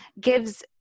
gives